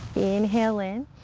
inhale in,